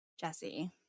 Jesse